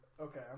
Okay